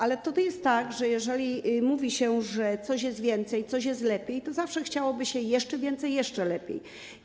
Ale to jest tak, że jeżeli mówi się, że czegoś jest więcej, coś jest lepiej, to zawsze chciałoby się jeszcze więcej i jeszcze lepiej.